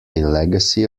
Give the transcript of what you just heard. legacy